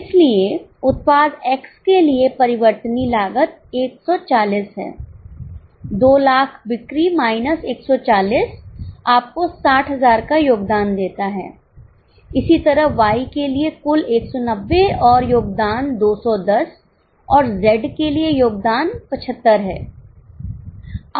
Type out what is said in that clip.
इसलिए उत्पाद X के लिए परिवर्तनीय लागत 140 है 200000 बिक्री माइनस 140 आपको 60000 का योगदान देता है इसी तरह Y के लिए कुल 190 और योगदान 210 और Z के लिए योगदान 75 है